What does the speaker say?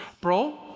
Bro